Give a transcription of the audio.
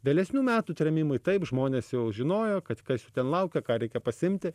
vėlesnių metų trėmimai taip žmonės jau žinojo kad kas jų ten laukia ką reikia pasiimti